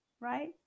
right